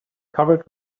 covered